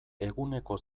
eguneko